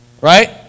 right